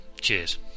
Cheers